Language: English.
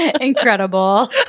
Incredible